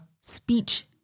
speech